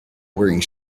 wearing